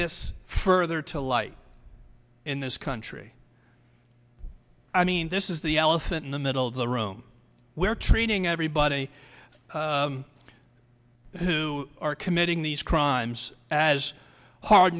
this further to life in this country i mean this is the elephant in the middle of the room we're treating everybody who are committing these crimes as